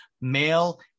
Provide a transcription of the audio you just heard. male